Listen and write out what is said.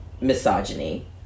misogyny